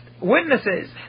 witnesses